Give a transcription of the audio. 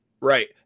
Right